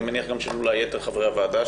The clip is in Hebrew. אני מניח אולי שגם של יתר חברי הוועדה,